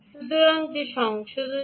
সুতরাং যে সংশোধন প্রয়োজন ছিল